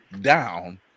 down